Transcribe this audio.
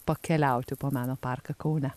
pakeliauti po meno parką kaune